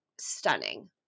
stunning